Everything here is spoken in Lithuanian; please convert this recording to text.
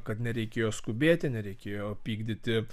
kad nereikėjo skubėti nereikėjo pykdyti